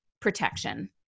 protection